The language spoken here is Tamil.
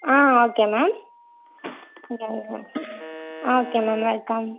ah okay ma'am okay ma'am welcome